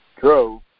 drove